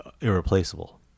irreplaceable